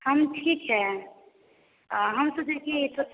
हम ठीक हैं हम सोचे कि थो